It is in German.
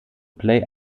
play